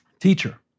teacher